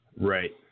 Right